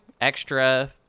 extra